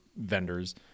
vendors